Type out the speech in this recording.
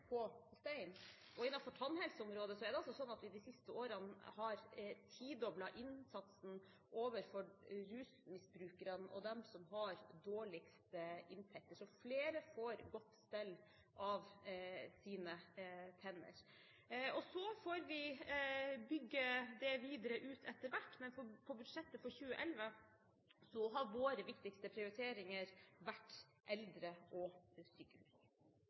bygge stein på stein, og innenfor tannhelseområdet har vi de siste årene tidoblet innsatsen overfor rusmisbrukerne og dem som har dårligst inntekter, så flere får godt stell av sine tenner. Så får vi bygge det videre ut etter hvert, men på budsjettet for 2011 har våre viktigste prioriteringer vært eldre og